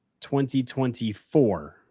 2024